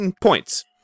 points